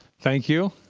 thank you.